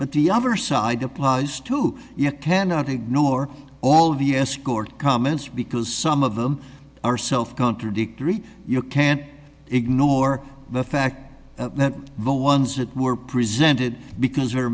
but the other side applies to you cannot ignore all of us court comments because some of them are self contradictory you can't ignore the fact that the ones that were presented because